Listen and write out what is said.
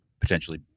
potentially